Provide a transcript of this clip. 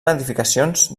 edificacions